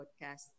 podcast